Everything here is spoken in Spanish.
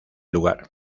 lugar